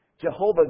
Jehovah